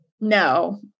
No